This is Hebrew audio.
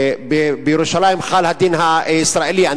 בירושלים חל הדין הישראלי.